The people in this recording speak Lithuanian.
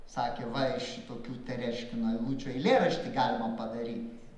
sakė va iš šitokių tereškino eilučių eilėraštį galima padaryt